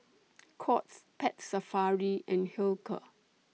Courts Pet Safari and Hilker